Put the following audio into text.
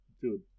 dude